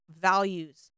values